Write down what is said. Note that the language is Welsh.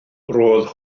roedd